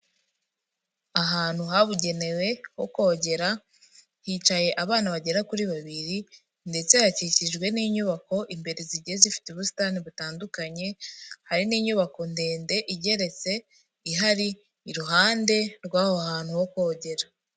Ahantu habugenewe ho kogera hicaye abana bagera kuri babiri ndetse hakikijwe n'inyubako imbere zigiye zifite ubusitani butandukanye, hari n'inyubako ndende igeretse ihari iruhande rw'aho hantu ho kogera.